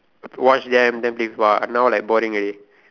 watch them then play FIFA but now like boring already